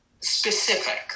specific